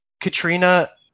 Katrina